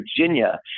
Virginia